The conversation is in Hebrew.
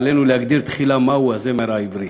עלינו להגדיר תחילה מהו הזמר העברי.